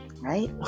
right